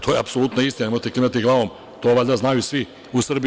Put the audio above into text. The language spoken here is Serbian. To je apsolutna istina, nemojte da klimate glavom, to valjda znaju svi u Srbiji.